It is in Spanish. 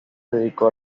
dedicó